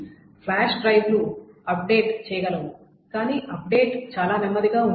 flash డ్రైవ్లు update చేయగలవు కానీ అప్డేట్ చాలా నెమ్మదిగా ఉంటుంది